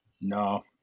No